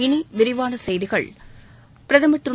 இனி விரிவான செய்திகள் பிரதமர் திரு